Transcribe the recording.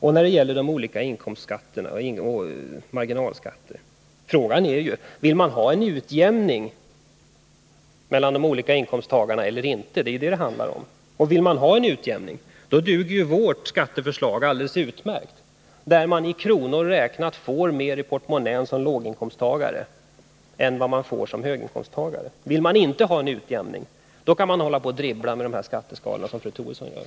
När det sedan gäller de olika inkomstskatterna och marginalskatteeffekterna är ju frågan: Vill man ha en utjämning mellan de olika inkomsttagarna eller inte? Det är detta det handlar om. Vill man ha en utjämning, då duger vårt skatteförslag alldeles utmärkt. Med det får man i kronor räknat mer i portmonnän som låginkomsttagare än vad man får som höginkomsttagare. Men vill man inte ha en utjämning, då kan man hålla på att dribbla med skatteskalorna som fru Troedsson gör.